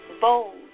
bold